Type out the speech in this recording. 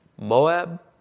Moab